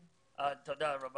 במשך שש שנים